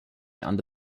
under